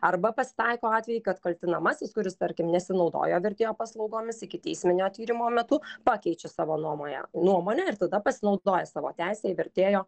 arba pasitaiko atvejai kad kaltinamasis kuris tarkim nesinaudojo vertėjo paslaugomis ikiteisminio tyrimo metu pakeičia savo nuomonę nuomonę ir tada pasinaudoja savo teise į vertėjo